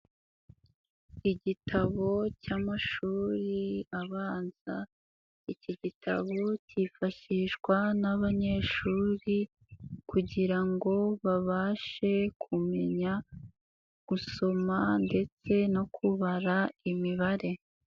Igitabo cy'amashuri abanza, iki gitabo cyifashishwa n'abanyeshuri kugirango babashe kumenya gusoma, ndetse no kubara imibare.